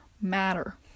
matter